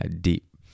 deep